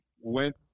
went